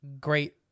Great